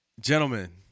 Gentlemen